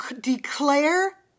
declare